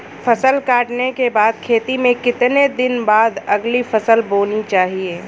फसल काटने के बाद खेत में कितने दिन बाद अगली फसल बोनी चाहिये?